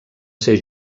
ser